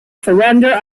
surrender